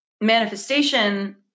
manifestation